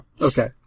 Okay